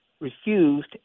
refused